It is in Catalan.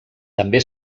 també